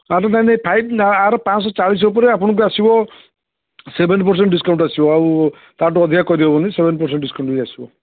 ଆର ନାହିଁ ନାହିଁ ଫାଇଭ୍ ଆର ପାଞ୍ଚ ଶହ ଚାଳିଶ ଉପରେ ଆପଣଙ୍କୁ ଆସିବ ସେଭେନ୍ ପରସେଣ୍ଟ ଡିସ୍କାଉଣ୍ଟ ଆସିବ ଆଉ ତାଠୁ ଅଧିକା କରି ହବନି ସେଭେନ୍ ପରସେଣ୍ଟ ଡିସ୍କାଉଣ୍ଟ ଆସିବ